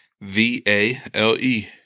V-A-L-E